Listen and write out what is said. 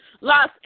Los